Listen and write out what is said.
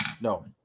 No